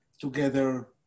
together